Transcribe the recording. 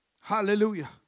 Hallelujah